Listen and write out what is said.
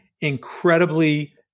incredibly